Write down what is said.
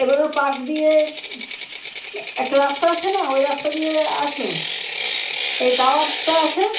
এবার ওর পাশ দিয়ে একটা রাস্তা আছে না ওই রাস্তা দিয়ে আসুন এই টাওয়ারটা আছে